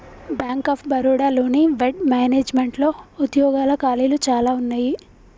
bank of Baroda లోని వెడ్ మేనేజ్మెంట్లో ఉద్యోగాల ఖాళీలు చానా ఉన్నయి